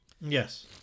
Yes